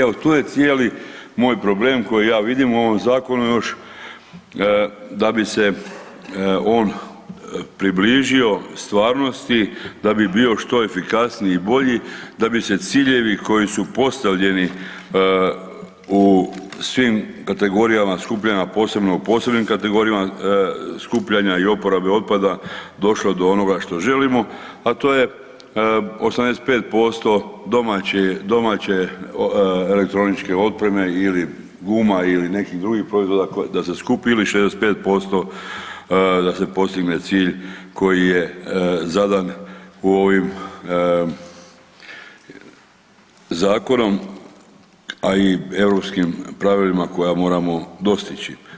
Evo to je cijeli moj problem koji ja vidim u ovom zakonu još da bi se on približio stvarnosti, da bi bio što efikasniji i bolji da bi se ciljevi koji su postavljeni u svim kategorijama skupljanja posebno u posebnim kategorijama skupljanja i oporabe otpada došlo do onoga što želimo, a to je 85% domaće elektroničke opreme ili guma ili nekih drugih proizvoda da se skupi ili 65% da se postigne cilj koji je zadan u ovim zakonom, a i europskim pravilima koja moramo dostići.